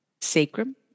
sacrum